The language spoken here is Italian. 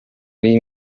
lei